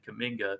Kaminga